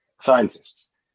scientists